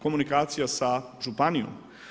Komunikacija sa Županijom.